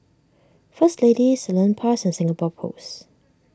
First Lady Salonpas and Singapore Post